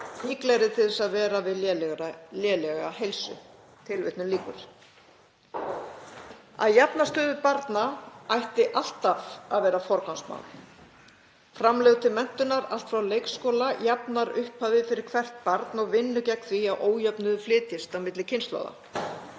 líklegri til þess að vera við lélega heilsu.“ Að jafna stöðu barna ætti alltaf að vera forgangsmál. Framlög til menntunar allt frá leikskóla jafnar upphafið fyrir hvert barn og vinnur gegn því að ójöfnuður flytjist á milli kynslóða.